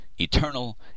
eternal